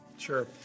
Sure